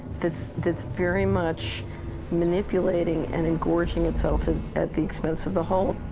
that's that's very much manipulating and engorging itself at the expense of the whole.